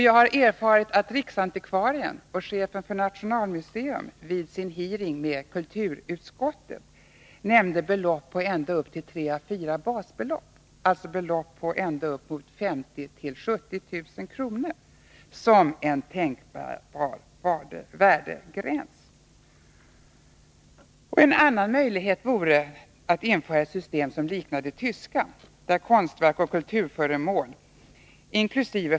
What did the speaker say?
Jag har erfarit att riksantikvarien och chefen för Nationalmuseum vid en hiring hos kulturutskottet nämnde belopp på ända upp till tre å fyra basbelopp, dvs. belopp på ända upp till 50 000-70 000 kr. som en tänkbar värdesgräns. En annan möjlighet vore att införa ett system liknande det tyska, där konstverk och kulturföremål, inkl.